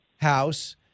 house